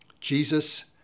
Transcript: Jesus